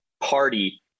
party